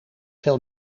veel